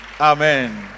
Amen